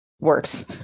works